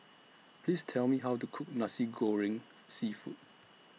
Please Tell Me How to Cook Nasi Goreng Seafood